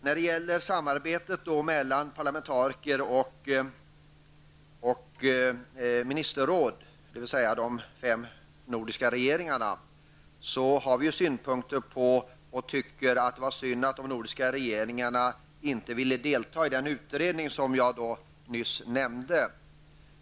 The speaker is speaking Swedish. När det gäller samarbetet mellan parlamentariker och Ministerrådet, dvs. de fem nordiska regeringarna, är vår synpunkt den att det var synd att de nordiska regeringarna inte ville delta i den utredning som jag nyss nämnde.